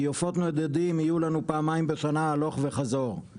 כי עופות נודדים יהיו לנו פעמיים בשנה הלוך וחזור,